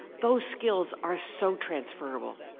those skills are so transferrable.